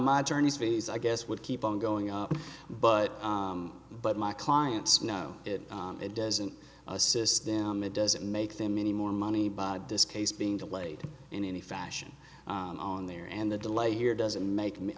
my journeys fees i guess would keep on going up but but my clients know it it doesn't assist them it doesn't make them any more money by this case being delayed in any fashion on there and the delay here doesn't make me